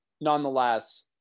nonetheless